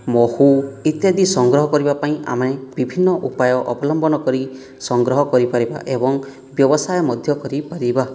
ମହୁ ଇତ୍ୟାଦି ସଂଗ୍ରହ କରିବା ପାଇଁ ଆମେ ବିଭିନ୍ନ ଉପାୟ ଅବଲମ୍ବନ କରି ସଂଗ୍ରହ କରିପାରିବା ଏବଂ ବ୍ୟବସାୟ ମଧ୍ୟ କରିପାରିବା